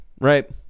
right